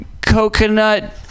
coconut